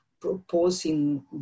proposing